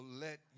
let